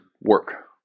work